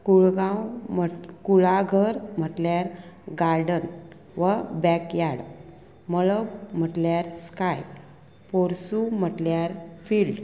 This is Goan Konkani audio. कुळगांव म्हट कुळागर म्हटल्यार गार्डन वॅकयार्ड मळब म्हटल्यार स्काय पोरसू म्हटल्यार फिल्ड